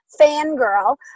Fangirl